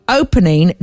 opening